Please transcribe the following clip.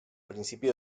principio